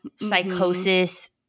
psychosis